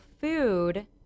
food